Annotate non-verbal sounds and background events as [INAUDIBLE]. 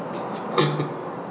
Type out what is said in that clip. [COUGHS]